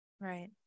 Right